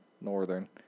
Northern